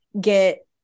get